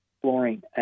fluorine